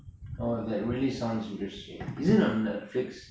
oh that really sounds interesting is it on netflix